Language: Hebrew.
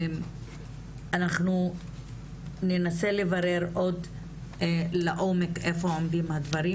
אנחנו ננסה לברר לעומק איפה עומדים הדברים,